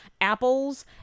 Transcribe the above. apples